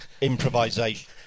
improvisation